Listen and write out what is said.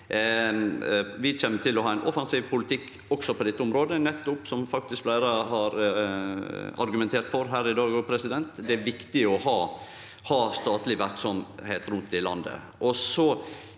Vi kjem til å ha ein offensiv politikk også på dette området, nettopp som fleire har argumentert for her i dag. Det er viktig å ha statleg verksemd rundt i landet.